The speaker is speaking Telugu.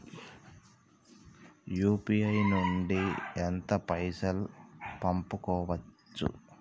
యూ.పీ.ఐ నుండి ఎంత పైసల్ పంపుకోవచ్చు?